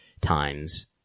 times